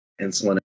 insulin